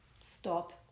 stop